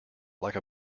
like